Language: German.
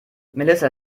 melissa